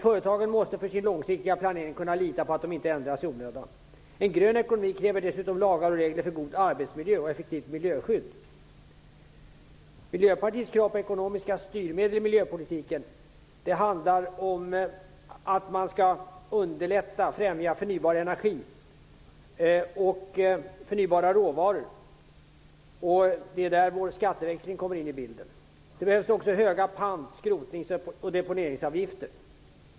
Företagen måste för sin långsiktiga planering kunna lita på att dessa lagar och regler inte ändras i onödan. En grön ekonomi kräver dessutom lagar och regler för en god arbetsmiljö och för effektivt miljöskydd. Miljöpartiets krav på ekonomiska styrmedel i miljöpolitiken handlar om att man skall underlätta för och främja förnybar energi och användandet av förnybara råvaror. Det är i det sammanhanget vår skatteväxling kommer in i bilden. Det behövs också höga pant-, skrotnings och deponeringsavgifter.